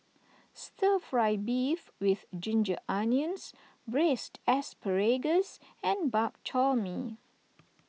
Stir Fry Beef with Ginger Onions Braised Asparagus and Bak Chor Mee